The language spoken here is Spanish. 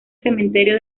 cementerio